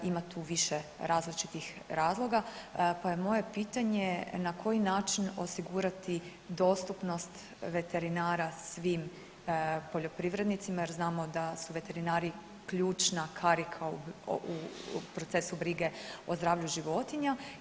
Ima tu više različitih razloga, pa je moje pitanje na koji način osigurati dostupnost veterinara svim poljoprivrednicima jer znamo da su veterinari ključna karika u procesu brige o zdravlju životinja.